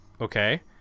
Okay